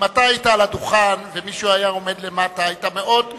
אם אתה היית על הדוכן ומישהו היה עומד למטה היית מאוד כועס,